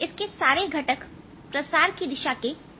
इसके सारे घटक प्रसार की दिशा के लंबवत होते हैं